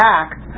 act